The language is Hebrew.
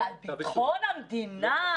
אז על ביטחון המדינה?